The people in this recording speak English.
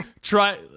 try